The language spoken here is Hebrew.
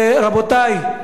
רבותי,